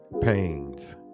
pains